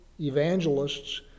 evangelists